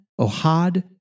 Ohad